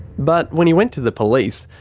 but when he went to the police,